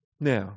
Now